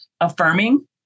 affirming